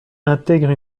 intègrent